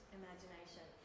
imagination